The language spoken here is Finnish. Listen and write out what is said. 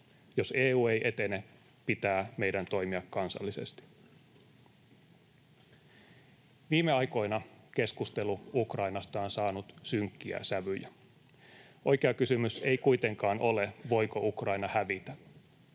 Jos EU ei etene, pitää meidän toimia kansallisesti. Viime aikoina keskustelu Ukrainasta on saanut synkkiä sävyjä. Oikea kysymys ei kuitenkaan ole, voiko Ukraina hävitä.